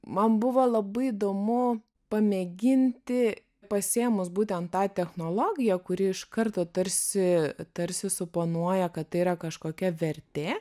man buvo labai įdomu pamėginti pasiėmus būtent tą technologiją kuri iš karto tarsi tarsi suponuoja kad tai yra kažkokia vertė